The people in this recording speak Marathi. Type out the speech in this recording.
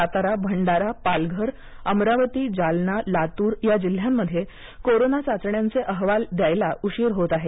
सातारा भंडारा पालघर अमरावती जालना लातूर जिल्ह्यात कोरोना चाचण्यांचे अहवाल द्यायला उशीर होत आहे